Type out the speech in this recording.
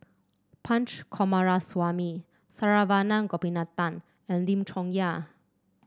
Punch Coomaraswamy Saravanan Gopinathan and Lim Chong Yah